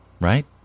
right